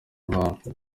abantu